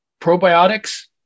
probiotics